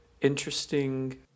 interesting